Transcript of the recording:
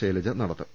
ശൈലജ നടത്തും